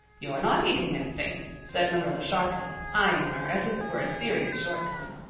you're not eating anything, said marilla sharply, eying her as if it were a serious shortcoming.